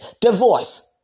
Divorce